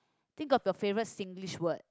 think of your favourite Singlish word